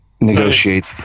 negotiate